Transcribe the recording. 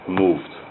moved